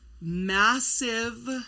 massive